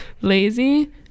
Lazy